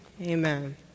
Amen